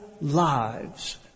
lives